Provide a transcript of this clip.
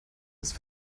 ist